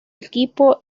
equipo